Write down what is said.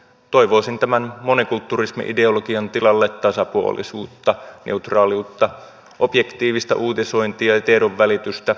toivoisin tämän monikulturismi ideologian tilalle tasapuolisuutta neutraaliutta objektiivista uutisointia ja tiedonvälitystä